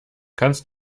kannst